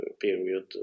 period